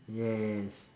yes